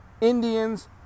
Indians